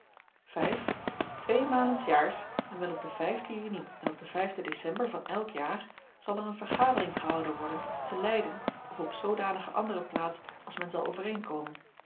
malen s jaars en wel op den vijfden juni en op den vijfden december van elk jaar zal er een vergadering gehouden worden te leyden of op zoodanige andere plaats als men zal overeenkomen